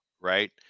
right